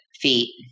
feet